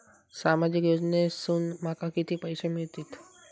सामाजिक योजनेसून माका किती पैशे मिळतीत?